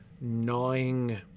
gnawing